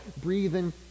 breathing